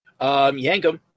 Yankum